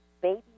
baby